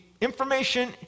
information